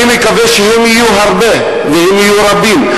אני מקווה שיהיו הרבה, ויהיו רבים.